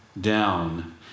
down